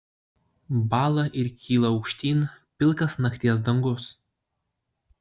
bąla ir kyla aukštyn pilkas nakties dangus